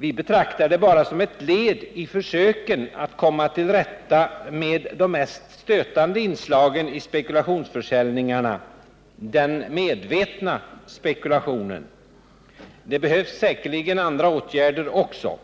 Vi betraktar den bara som ett led i försöken att komma till rätta med de mest stötande inslagen i spekulationsförsäljningarna, den medvetna spekulationen. Det behövs 205 säkerligen andra åtgärder också.